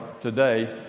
today